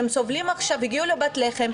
שהגיעו לפת לחם,